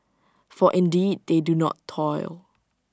for indeed they do not toil